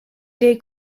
des